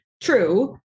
true